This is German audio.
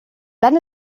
dann